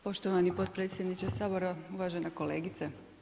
Poštovani potpredsjedniče Sabora, uvažena kolegice.